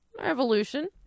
revolution